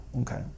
okay